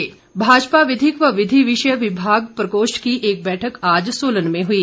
बैठक भाजपा विधिक व विधि विषय विभाग प्रकोष्ठ की एक बैठक आज सोलन में हुई